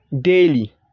daily